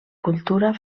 cultura